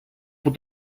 που